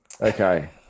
Okay